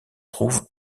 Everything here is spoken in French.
trouve